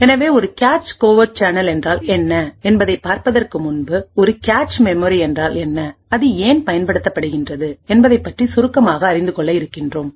எனவே ஒரு cache covert சேனல்என்றால் என்ன என்பதை பார்ப்பதற்கு முன்புஒரு கேச் மெமரி என்றால் என்ன அது ஏன் பயன்படுத்தப்படுகிறது என்பதனைப் பற்றி சுருக்கமான அறிந்துகொள்ள இருக்கின்றோம்